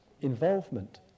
involvement